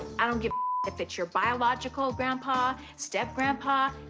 i don't give a if it's your biological grandpa, step grandpa,